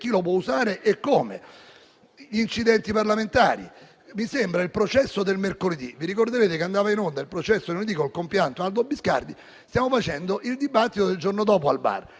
chi lo può usare e come. Quanto agli incidenti parlamentari, mi sembra il "processo del mercoledì". Vi ricorderete che andava in onda «Il processo del lunedì», con il compianto Aldo Biscardi. Stiamo facendo il dibattito del giorno dopo al bar: